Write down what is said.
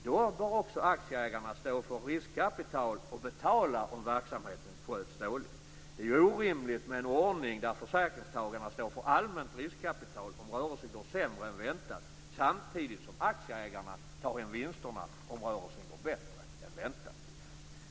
Då bör också aktieägarna stå för riskkapitalet och betala om verksamheten sköts dåligt. Det är orimligt med en ordning där försäkringstagarna står för allmänt riskkapital om rörelsen går sämre än väntat samtidigt som aktieägarna tar hem vinsterna om rörelsen går bättre än väntat.